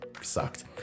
sucked